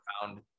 found